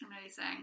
amazing